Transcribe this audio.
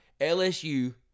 LSU